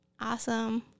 Awesome